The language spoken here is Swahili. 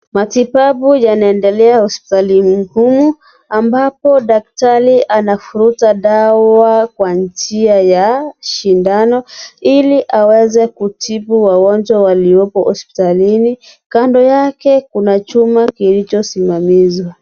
Matibabu yanaendelea hospitalini humu ambapo daktari anavuruta dawa kwa njia ya shindano ili aweze kutibu wagonjwa walioko hospitalini kando yake kuna chuma kilichosimamishwa.